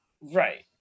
Right